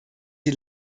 die